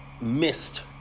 Missed